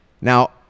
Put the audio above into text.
Now